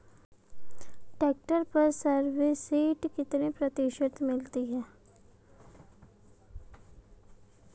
Tractor पर subsidy कितने प्रतिशत मिलती है?